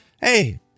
Hey